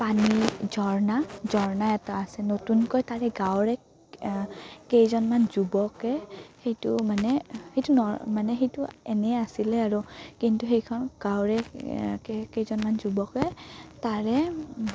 পানী ঝৰ্ণা ঝৰ্ণা এটা আছে নতুনকৈ তাৰে গাঁৱৰে কেইজনমান যুৱকে সেইটো মানে সেইটো ন মানে সেইটো এনেই আছিলে আৰু কিন্তু সেইখন গাঁৱৰে কেইজনমান যুৱকে তাৰে